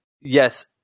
yes